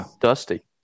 Dusty